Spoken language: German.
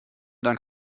dank